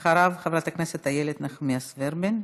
אחריו, חברת הכנסת איילת נחמיאס ורבין.